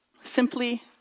Simply